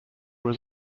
was